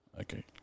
Okay